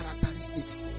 characteristics